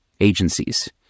agencies